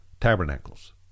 tabernacles